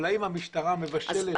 אבל האם המשטרה מבשלת סרט.